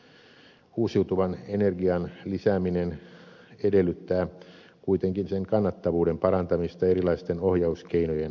uusiutuvan energian lisääminen edellyttää kuitenkin sen kannattavuuden parantamista erilaisten ohjauskeinojen avulla